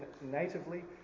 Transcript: natively